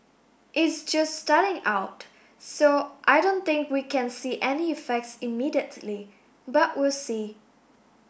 is just starting out so I don't think we can see any effects immediately but we'll see